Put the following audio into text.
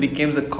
mm